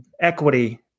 equity